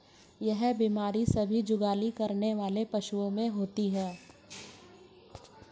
यह बीमारी सभी जुगाली करने वाले पशुओं में होती है